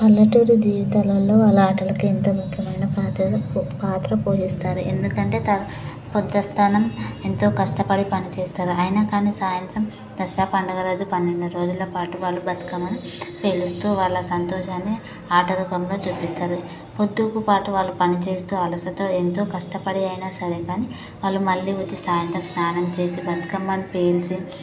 పల్లెటూరి జీవితాలలో వాళ్ళ ఆటలకు ఎంతో ముఖ్యమైన పాత్రను పాత్ర పోషిస్తారు ఎందుకంటే తర పొద్దస్థానం ఎంతో కష్టపడి పనిచేస్తారు అయినా కానీ సాయంత్రం దసరా పండుగ రోజు పన్నెండు రోజులపాటు వాళ్ళు బతుకమ్మని పిలుస్తూ వాళ్ళ సంతోషాన్ని ఆట రూపంలో చూపిస్తారు పొద్దుటిపాటు వాళ్ళు పనిచేస్తూ అలసటతో ఎంతో కష్టపడి అయినా సరే కానీ వాళ్ళు మళ్ళీ వచ్చి సాయంత్రం స్నానం చేసి బతుకమ్మను పెయింట్స్